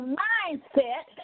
mindset